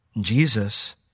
Jesus